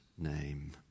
name